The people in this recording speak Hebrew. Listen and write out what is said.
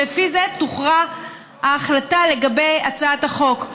ולפי זה תוכרע ההחלטה לגבי הצעת החוק.